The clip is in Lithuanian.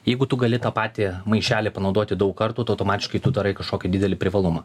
jeigu tu gali tą patį maišelį panaudoti daug kartų tu automatiškai tu darai kažkokį didelį privalumą